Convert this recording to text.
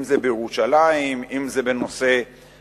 אם זה בירושלים, אם זה בנושא הפליטים